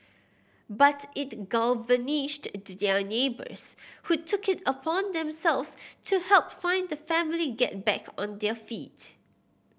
but it galvanised their neighbours who took it upon themselves to help fun the family get back on their feet